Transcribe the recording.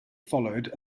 followed